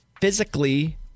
physically